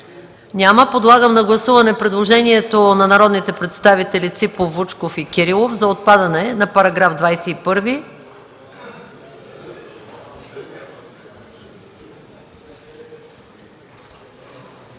Няма. Подлагам на гласуване предложението на народните представители Ципов, Вучков и Кирилов, което не се подкрепя